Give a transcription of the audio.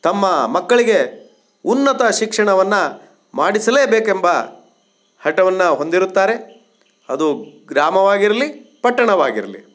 ತಮ್ಮ ಮಕ್ಕಳಿಗೆ ಉನ್ನತ ಶಿಕ್ಷಣವನ್ನು ಮಾಡಿಸಲೇಬೇಕೆಂಬ ಹಠವನ್ನು ಹೊಂದಿರುತ್ತಾರೆ ಅದು ಗ್ರಾಮವಾಗಿರಲಿ ಪಟ್ಟಣವಾಗಿರಲಿ